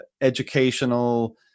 educational